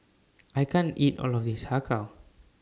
I can't eat All of This Har Kow